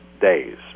days